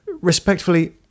respectfully